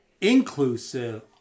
inclusive